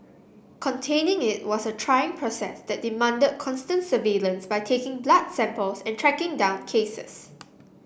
containing it was a trying process that demanded constant surveillance by taking blood samples and tracking down cases